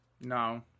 No